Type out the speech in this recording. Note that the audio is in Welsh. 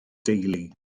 deulu